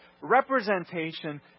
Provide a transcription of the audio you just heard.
representation